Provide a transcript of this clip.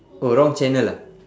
oh wrong channel ah